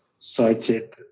cited